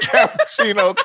Cappuccino